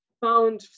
found